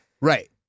Right